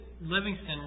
Livingston